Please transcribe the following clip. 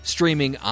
Streaming